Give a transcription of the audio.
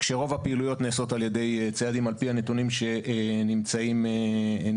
כשרוב הפעילויות נעשות על ידי ציידים על פי הנתונים שנמצאים אצלנו.